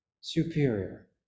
superior